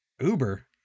Uber